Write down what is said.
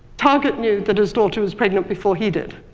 target knew that his daughter was pregnant before he did.